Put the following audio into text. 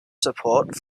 support